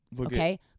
Okay